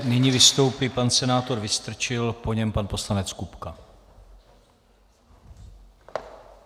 Nyní vystoupí pan senátor Vystrčil, po něm pan poslanec Kupka.